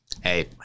hey